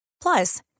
Plus